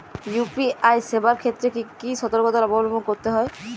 UPI পরিসেবার ক্ষেত্রে কি সতর্কতা অবলম্বন করতে হবে?